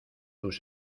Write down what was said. tus